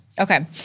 Okay